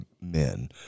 men